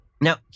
Now